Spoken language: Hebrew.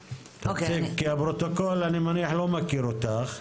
כי הפרוטוקול אני מניח לא מכיר אותך.